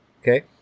Okay